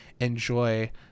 enjoy